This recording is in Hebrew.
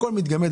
הכול מתגמד.